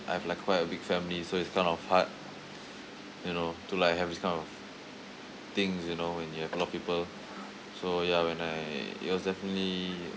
I have like quite a big family so it's kind of hard you know to like have this kind of things you know when you have a lot of people so ya when I it was definitely